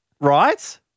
right